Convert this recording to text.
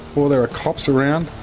or there are cops around.